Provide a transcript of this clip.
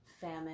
famine